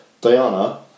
Diana